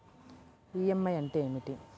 EMI అంటే ఏమిటి?